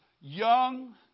young